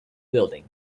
building